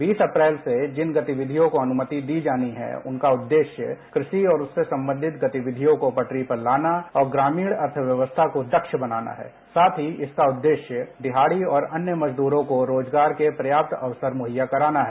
बीस अप्रैल को जिन गतिविधियों को गति दी जानी है उनका उद्देश्य कृषि और उससे संबंधित गतिविधियों को पटरी पर लाना और ग्रामीण अर्थव्यवस्था को दक्ष बनाना है साथ ही इसका उद्देश्य दिहाड़ी और अन्य मजदूरो को रोजगार के पर्याप्त अवसर मुहैया कराना है